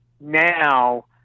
now